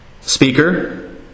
speaker